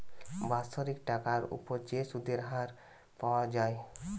বাৎসরিক টাকার উপর যে সুধের হার পাওয়া যায়